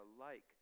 alike